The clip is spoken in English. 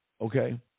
okay